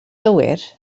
gywir